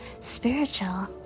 spiritual